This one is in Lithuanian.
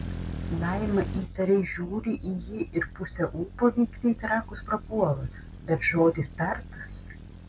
laima įtariai žiūri į jį ir pusė ūpo vykti į trakus prapuola bet žodis tartas